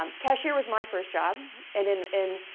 um cashier was my first job, and in, in,